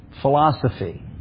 philosophy